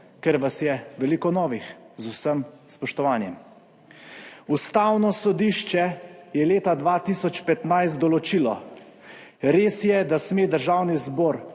ker vas je veliko novih, z vsem spoštovanjem. Ustavno sodišče je leta 2015 določilo: »Res je, da sme Državni zbor